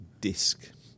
disc